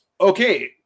okay